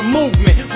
movement